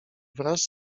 wraz